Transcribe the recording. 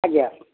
ଆଜ୍ଞା